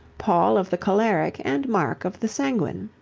paul of the choleric and mark of the sanguine.